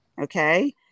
Okay